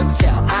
tell